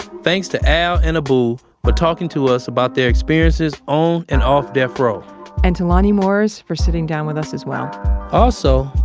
thanks to al and abu for talking to us about their experiences on and off death row and to lonnie morris for sitting down with us as well also,